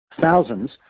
thousands